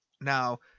now